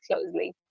closely